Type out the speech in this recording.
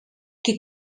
qui